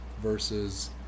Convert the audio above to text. versus